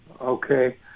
Okay